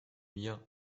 mir